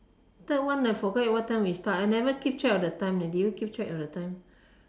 third one I forgot what time we start I never keep track of the time leh did you keep track of the time